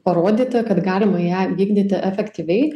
parodyti kad galima ją vykdyti efektyviai